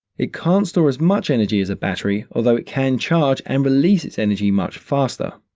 it can't store as much energy as a battery, although it can charge and release its energy much faster.